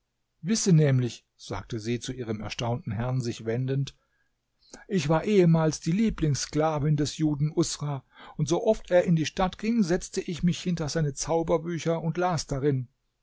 wisse nämlich sagte sie zu ihrem erstaunten herrn sich wendend ich war ehemals die lieblingssklavin des juden usra und sooft er in die stadt ging setzte ich mich hinter seine zauberbücher und las darin